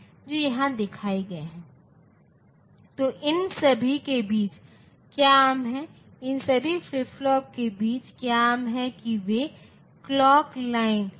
तो यह आप 2 नंबर या 2 इनपुट के XOR ले सकते हैं